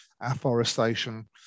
afforestation